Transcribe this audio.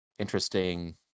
interesting